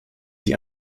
die